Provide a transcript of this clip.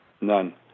none